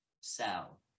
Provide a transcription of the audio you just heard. cell